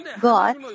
God